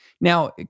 Now